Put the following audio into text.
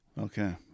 Okay